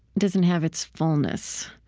doesn't have its fullness.